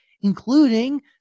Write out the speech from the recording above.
including